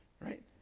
right